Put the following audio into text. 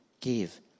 give